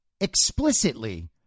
explicitly